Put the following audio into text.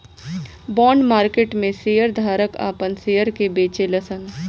bond market में share धारक आपन शेयर के बेचेले सन